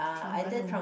Terengganu